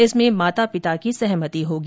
इसमें माता पिता की सहमति होगी